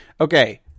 Okay